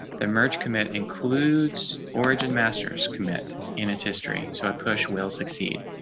the merge commit includes origin masters commit in its history. so i push will succeed.